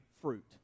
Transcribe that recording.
fruit